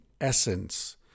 essence